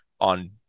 on